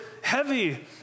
heavy